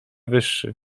wyższy